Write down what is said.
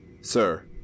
Sir